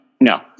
no